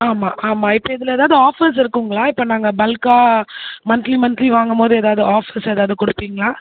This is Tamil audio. ஆமாம் ஆமாம் இப்போ இதில் எதாவது ஆஃபர்ஸ் இருக்குங்களா இப்போ நாங்கள் பல்க்காக மந்த்திலி மந்த்திலி வாங்கும் போது எதாவது ஆஃபர்ஸ் எதாவது கொடுப்பிங்ளா